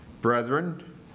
Brethren